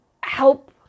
help